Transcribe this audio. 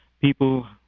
People